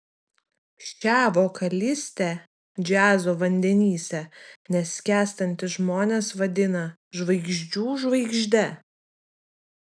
šią vokalistę džiazo vandenyse neskęstantys žmonės vadina žvaigždžių žvaigžde